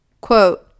quote